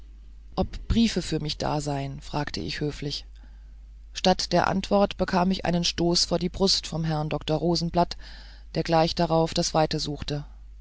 ob briefe für mich da seien fragte ich höflich statt der antwort bekam ich einen stoß vor die brust vom herrn dr rosenblatt der gleich darauf das weite suchte